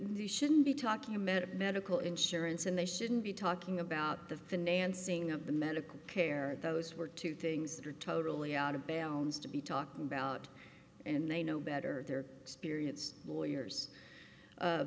the shouldn't be talking a med of medical insurance and they shouldn't be talking about the financing of the medical care those were two things that are totally out of bounds to be talking about and they know better they're experienced lawyers